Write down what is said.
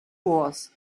wars